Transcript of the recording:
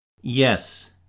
yes